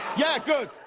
yeah, good,